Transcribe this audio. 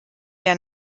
der